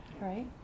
Right